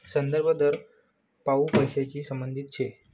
संदर्भ दर हाउ पैसांशी संबंधित शे